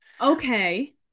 Okay